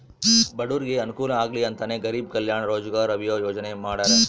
ಬಡೂರಿಗೆ ಅನುಕೂಲ ಆಗ್ಲಿ ಅಂತನೇ ಗರೀಬ್ ಕಲ್ಯಾಣ್ ರೋಜಗಾರ್ ಅಭಿಯನ್ ಯೋಜನೆ ಮಾಡಾರ